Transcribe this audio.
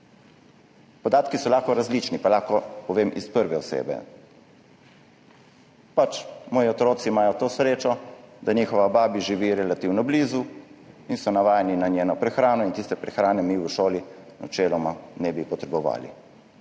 Podatki so lahko različni, pa lahko povem iz prve osebe. Pač, moji otroci imajo to srečo, da njihova babi živi relativno blizu in so navajeni na njeno prehrano in tiste prehrane mi v šoli načeloma ne bi potrebovali.